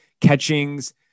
Catchings